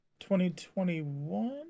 2021